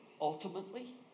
ultimately